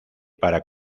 para